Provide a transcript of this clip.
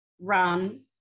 run